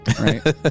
Right